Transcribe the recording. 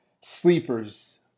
Sleepers